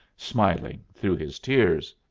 smiling through his tears.